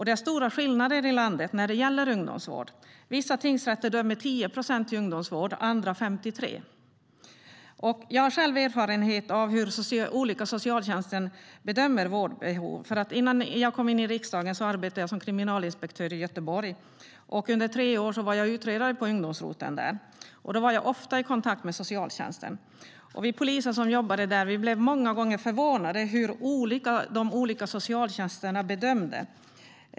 Det är stora skillnader i landet när det gäller ungdomsvård. Vissa tingsrätter dömer 10 procent till ungdomsvård och andra dömer 53 procent. Jag har själv erfarenhet av hur olika socialtjänsten bedömer vårdbehov. Innan jag kom in i riksdagen arbetade jag som kriminalinspektör i Göteborg. Under tre år var jag utredare på ungdomsroteln där, och då var jag ofta i kontakt med socialtjänsten. Vi poliser som jobbade där blev många gånger förvånade över hur olika de olika socialtjänsterna bedömde.